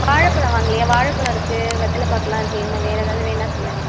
வாழைப்பழம் வாங்கலையோ வாழைப்பழம் இருக்குது வெத்தலை பாக்கெலாம் இருக்குது என்ன வேறு ஏதாவது வேணும்ன்னா சொல்லுங்கள்